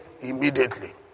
Immediately